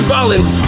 Rollins